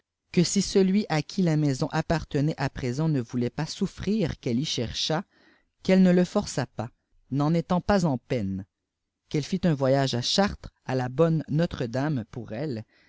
que si celui à qui la maison aprtenait à présent ne voulait pas souffrir qu'elle y cherchât qu'elle ne le forçât pas n'en étant pas enpeine qu'elle fît un voyagé à chartres à la bonne notre-dame pour elle